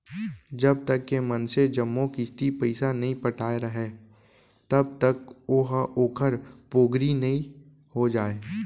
जब तक के मनसे जम्मो किस्ती पइसा नइ पटाय राहय तब तक ओहा ओखर पोगरी नइ हो जाय